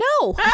No